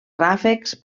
ràfecs